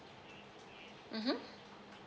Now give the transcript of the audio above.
mmhmm